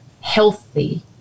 healthy